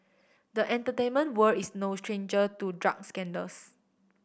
the entertainment world is no stranger to drug scandals